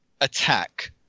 attack